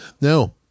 No